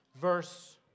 verse